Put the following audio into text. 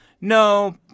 No